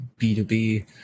B2B